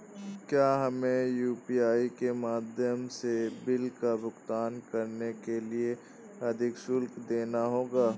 क्या हमें यू.पी.आई के माध्यम से बिल का भुगतान करने के लिए अधिक शुल्क देना होगा?